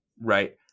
right